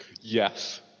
Yes